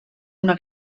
una